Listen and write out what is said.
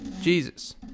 Jesus